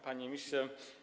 Panie Ministrze!